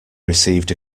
received